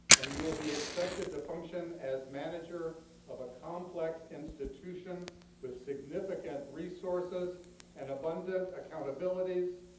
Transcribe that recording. and you will be expected to function as manager of a complex institution with significant resources and abundant accountabilities.